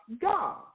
God